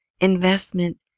investment